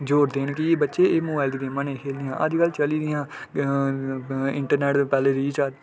जोर देन की एह् बच्चे एह् मोबाइल दियां गेमां नेईं खेलनियां अज्ज कल चली दियां आं इंटरनैट पैह्ले रिचार्ज